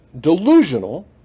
delusional